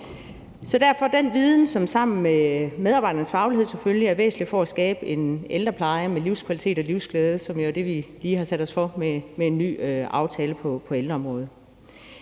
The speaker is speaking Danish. drømme – en viden, som sammen med medarbejdernes faglighed selvfølgelig er væsentlig for at skabe en ældrepleje med livskvalitet og livsglæde, som jo er det, vi lige har sat os for med en ny aftale på ældreområdet.